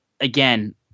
again